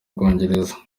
bwongereza